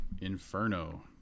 Inferno